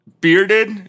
bearded